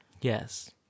Yes